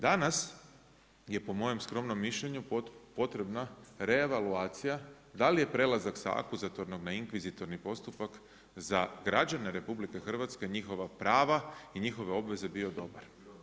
Danas je po mojem skromnom mišljenju potrebna reavulacija da li je prelazak sa akuzatornog na inkvizitorni postupak za građane RH njihova prava i njihove obveze bio dobar.